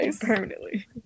Permanently